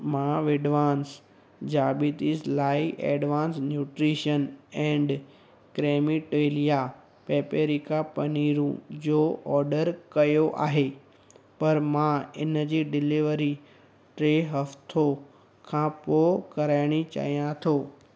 मां विडवान्स ज़याबितिज़ लाए एडवांस्ड नुट्रिशन एंड क्रेमीटेलिया पैपरिका पनीरू जो ऑडर कयो आहे पर मां इन जी डिलीवरी टे हफ़्तो खां पोइ कराइण चाहियां थो